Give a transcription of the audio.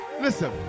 listen